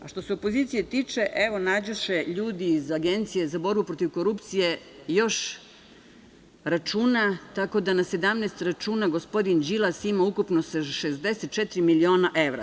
Što se opozicije tiče, evo nađoše ljudi iz Agencije za borbu protiv korupcije još računa, tako da na 17 računa gospodin Đilas ima ukupno sa 64 miliona evra.